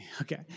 Okay